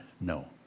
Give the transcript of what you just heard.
no